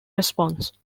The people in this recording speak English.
response